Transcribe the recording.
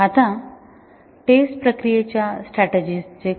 आता टेस्ट प्रक्रियेच्या स्ट्रॅटेजि चे काय